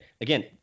Again